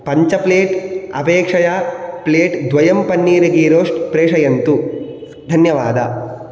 पञ्चप्लेट् अपेक्षया प्लेट्द्वयं पन्नीर्घीरोस्ट् प्रेषयन्तु धन्यवाद